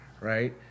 right